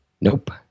Nope